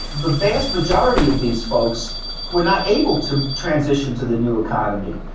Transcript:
the vast majority of these folks were not able to transition to the new economy.